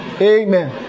Amen